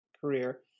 career